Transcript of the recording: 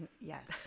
yes